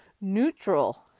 Neutral